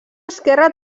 esquerra